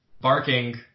barking